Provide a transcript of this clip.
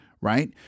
right